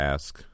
Ask